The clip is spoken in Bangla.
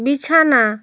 বিছানা